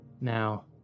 Now